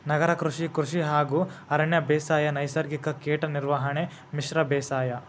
ನಗರ ಕೃಷಿ, ಕೃಷಿ ಹಾಗೂ ಅರಣ್ಯ ಬೇಸಾಯ, ನೈಸರ್ಗಿಕ ಕೇಟ ನಿರ್ವಹಣೆ, ಮಿಶ್ರ ಬೇಸಾಯ